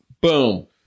Boom